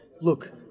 Look